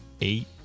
eight